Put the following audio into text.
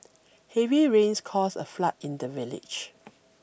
heavy rains caused a flood in the village